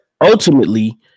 ultimately